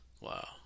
Wow